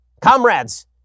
Comrades